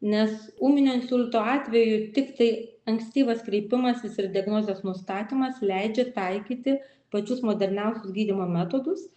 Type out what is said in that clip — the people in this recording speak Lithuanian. nes ūminio insulto atveju tiktai ankstyvas kreipimasis ir diagnozės nustatymas leidžia taikyti pačius moderniausius gydymo metodus